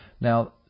Now